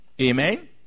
Amen